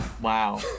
Wow